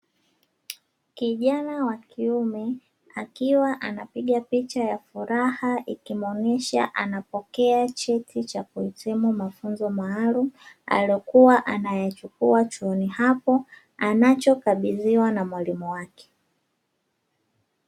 Kijana wa kiume akiwa anapiga picha ya furaha ikimuonesha anapokea cheti cha kuhitimu mafunzo maalumu, aliyokuwa anayachukua chuoni hapo; anachokabidhiwa na mwalimu wake.